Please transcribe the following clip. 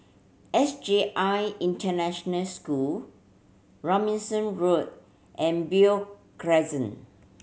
S J I International School Robinson Road and Beo Crescent